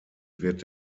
wird